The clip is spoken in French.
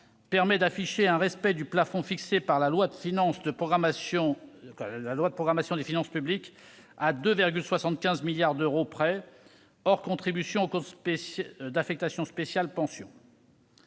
permet d'afficher un respect du plafond fixé par la loi de programmation des finances publiques à 2,75 milliards d'euros, hors contribution au compte d'affectation spéciale « Pensions